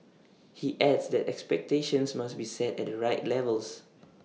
he adds that expectations must be set at the right levels